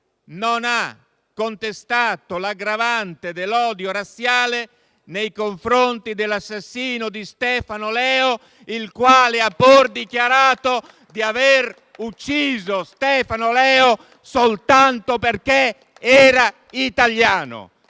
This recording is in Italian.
non ha contestato l'aggravante dell'odio razziale nei confronti dell'assassino di Stefano Leo, il quale ha pur dichiarato di aver ucciso Stefano Leo soltanto perché era italiano.